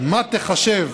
מה תיחשב